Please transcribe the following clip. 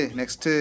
next